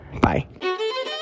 Bye